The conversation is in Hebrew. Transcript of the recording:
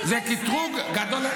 זה קטרוג גדול.